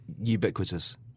ubiquitous